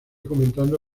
comentando